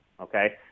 okay